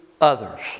others